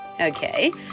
Okay